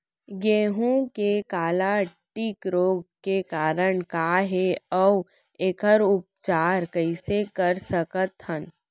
गेहूँ के काला टिक रोग के कारण का हे अऊ एखर उपचार कइसे कर सकत हन?